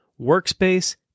workspace